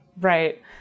Right